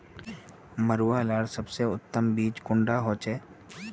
मरुआ लार सबसे उत्तम बीज कुंडा होचए?